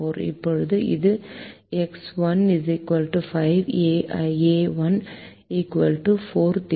இப்போது இது X1 5 a1 4 தீர்வு